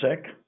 sick